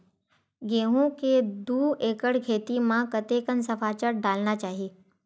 गेहूं के दू एकड़ खेती म कतेकन सफाचट डालना चाहि?